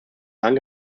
jahren